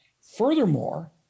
Furthermore